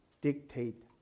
dictate